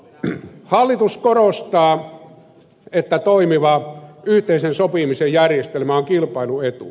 hallitus korostaa että toimiva yhteisen sopimisen järjestelmä on kilpailuetu